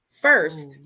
first